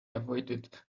avoided